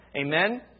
Amen